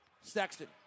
Sexton